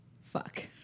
fuck